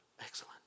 Excellent